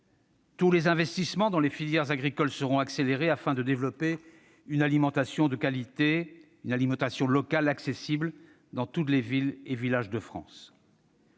Tous les investissements dans les filières agricoles seront accélérés, afin de développer une alimentation de qualité, locale, accessible dans toutes les villes et villages de France.